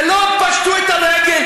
זה לא שפשטו את הרגל,